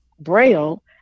Braille